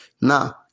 Now